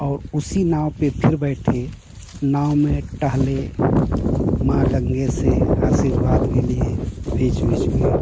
औ उसी नाव पर फिर बैठे नाव में टहले माँ गंगे से आशीर्वाद भी लिए बीच बीच में